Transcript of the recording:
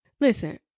Listen